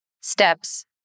steps